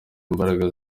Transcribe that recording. imbaraga